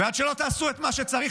עד שלא תעשו את מה שצריך,